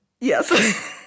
Yes